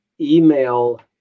Email